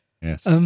Yes